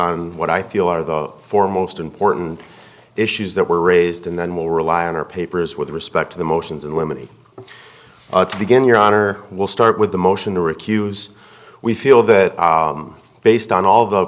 on what i feel are the four most important issues that were raised and then we'll rely on our papers with respect to the motions and women begin your honor we'll start with the motion to recuse we feel that based on all the